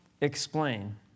explain